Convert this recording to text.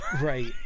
Right